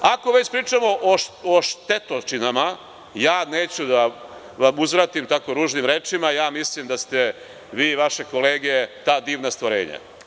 Ako već pričamo o štetočinama, ja neću da vam uzvratim tako ružnim rečima, ja mislim da ste vi i vaše kolege - ta divna stvorenje.